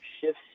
shifts